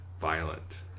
violent